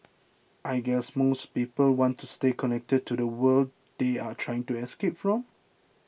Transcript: I guess most people want to stay connected to the world they are trying to escape from